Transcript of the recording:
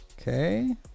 okay